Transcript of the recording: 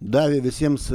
davė visiems